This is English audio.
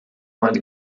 find